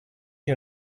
you